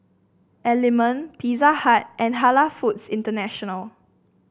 Element Pizza Hut and Halal Foods International